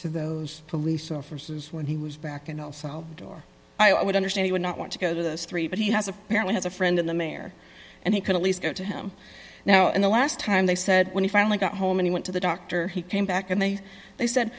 to the police officers when he was back in el salvador i would understand he would not want to go to those three but he has apparently has a friend in the mayor and he could at least go to him now in the last time they said when he finally got home and he went to the doctor he came back and they they said